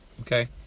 Okay